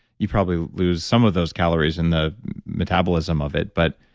you probably lose some of those calories in the metabolism of it. but,